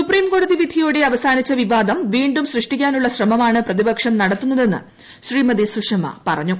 സുപ്രീംകോടതി വിധിയോടെ അവസാനിച്ച വിവാദം വീ ും സൃഷ്ടിക്കാനുള്ള ശ്രമമാണ് പ്രതിപക്ഷം നടത്തുന്നതെന്ന് ശ്രീമതി സുഷമ പറഞ്ഞു